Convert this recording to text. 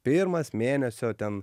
pirmas mėnesio ten